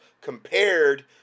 compared